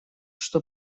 что